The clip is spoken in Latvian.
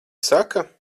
saka